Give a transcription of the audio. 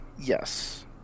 Yes